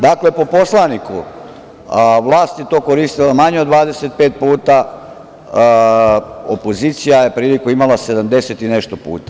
Dakle, po poslaniku, vlas je to koristila manje od 25 puta, opozicija je priliku imala 70 i nešto puta.